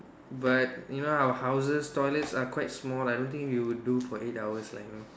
but you know our houses toilets are quite small I don't think we will do for eight hours lah you know